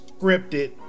scripted